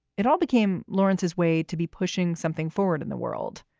it all became lawrence's way to be pushing something forward in the world.